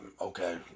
okay